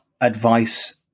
advice